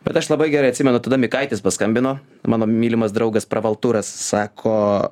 bet aš labai gerai atsimenu tada mikaitis paskambino mano mylimas draugas pravalturas sako